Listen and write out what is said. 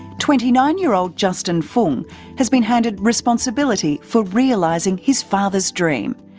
twenty nine year old justin fung has been handed responsibility for realising his father's dream.